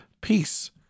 peace